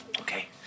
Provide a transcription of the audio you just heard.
Okay